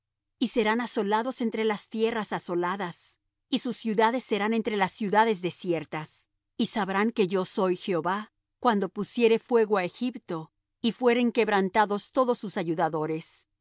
y serán asolados entre las tierras asoladas y sus ciudades serán entre las ciudades desiertas y sabrán que yo soy jehová cuando pusiere fuego á egipto y fueren quebrantados todos sus ayudadores